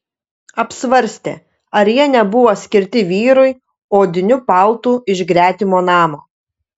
apsvarstė ar jie nebuvo skirti vyrui odiniu paltu iš gretimo namo